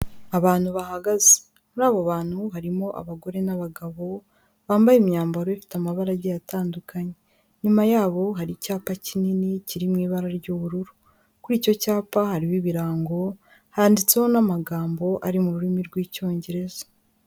Abantu bahagaze, muri abo bantu harimo abagore n'abagabo, bambaye imyambaro ifite amabara agiye atandukanye, inyuma yabo hari icyapa kinini kiri mu ibara ry'ubururu, kuri icyo cyapa harimo ibirango, handitseho n'amagambo ari mu rurimi rw'icyongereza.